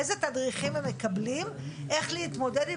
איזה תדריכים הם מקבלים איך להתמודד עם